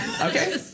Okay